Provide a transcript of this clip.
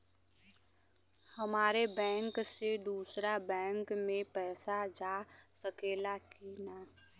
हमारे बैंक से दूसरा बैंक में पैसा जा सकेला की ना?